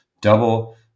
double